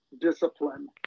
discipline